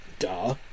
Duh